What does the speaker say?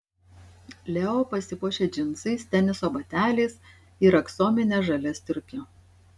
leo pasipuošia džinsais teniso bateliais ir aksomine žalia striuke